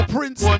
Prince